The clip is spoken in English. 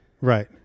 right